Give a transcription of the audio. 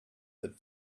that